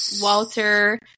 Walter